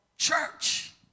church